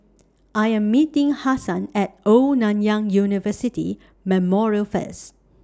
I Am meeting Hassan At Old Nanyang University Memorial First